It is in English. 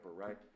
right